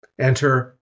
Enter